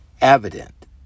evident